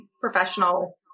professional